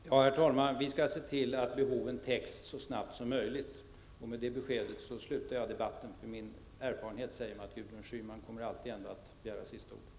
Herr talman! Vi skall se till att behoven täcks så snabbt som möjligt. Med det beskedet slutar jag debatten, eftersom min erfarenhet säger mig att Gudrun Schyman ändå alltid kommer att begära sista ordet.